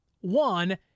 One